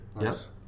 yes